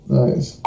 nice